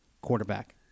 quarterback